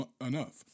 enough